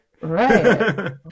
Right